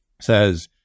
says